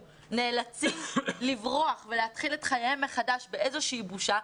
נאלצים לברוח ולהתחיל את חייהם מחדש עם איזושהי בושה,